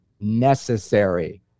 necessary